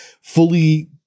fully